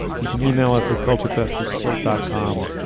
you can yeah e-mail us a culture fest at slate dot com.